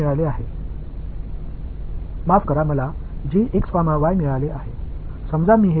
இப்போது எனக்கு கிடைத்துள்ளது